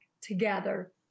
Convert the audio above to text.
together